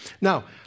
Now